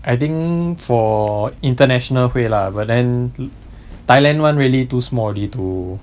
I think for international 会 lah but then thailand [one] really too small already to